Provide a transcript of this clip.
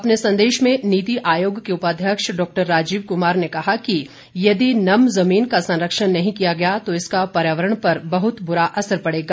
अपने संदेश में नीति आयोग के उपाध्यक्ष डॉक्टर राजीव कुमार ने कहा कि यदि नम जुमीन का संरक्षण नहीं किया गया तो इसका पर्यावरण पर बहुत बुरा असर पड़ेगा